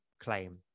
claim